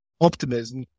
optimism